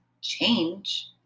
change